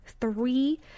Three